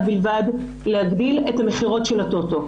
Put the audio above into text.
בלבד להגביל את המכירות של הטוטו.